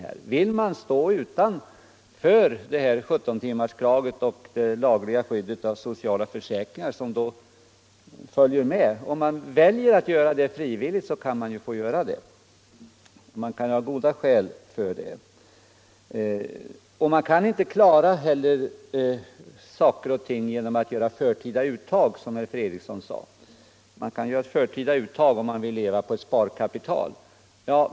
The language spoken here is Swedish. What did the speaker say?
Den som frivilligt väljer att stå utanför 17-timmarskravet och därmed utanför det lagliga skyddet när det gäller socialförsäkringar, bör få göra det. Det kan finnas goda skäl härför. Man kan inte heller klara detta genom att göra förtida pensionsuttag, som herr Fredriksson sade. Man kan göra förtida uttag, om man vill leva på sparkapital.